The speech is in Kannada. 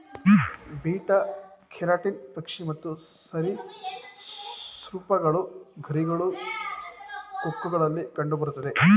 ಬೀಟಾ ಕೆರಟಿನ್ ಪಕ್ಷಿ ಮತ್ತು ಸರಿಸೃಪಗಳ ಗರಿಗಳು, ಕೊಕ್ಕುಗಳಲ್ಲಿ ಕಂಡುಬರುತ್ತೆ